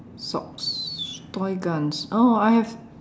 socks toy guns oh I have